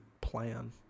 plan